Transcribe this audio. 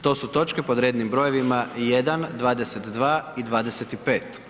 To su točke pod rednim brojevima 1., 22. i 25.